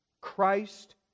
Christ